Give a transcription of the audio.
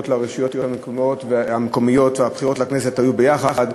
לרשויות המקומיות והבחירות לכנסת היו ביחד.